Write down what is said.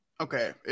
Okay